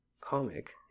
comic